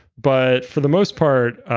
but for the most part,